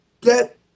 get